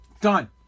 done